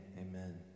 Amen